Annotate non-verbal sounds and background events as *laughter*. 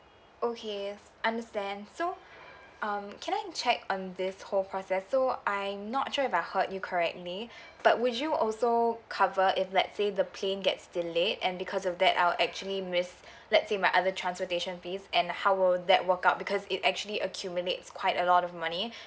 okay understand so *breath* um can I check on this whole process so I'm not sure if I heard you correctly *breath* but would you also cover if let's say the plane gets delayed and because of that I'll actually miss *breath* let's say my other transportation fees and how will that work out because it actually accumulates quite a lot of money *breath*